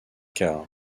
car